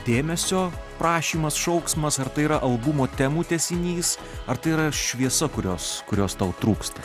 dėmesio prašymas šauksmas ar tai yra albumo temų tęsinys ar tai yra šviesa kurios kurios tau trūksta